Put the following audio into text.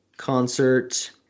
concert